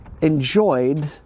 enjoyed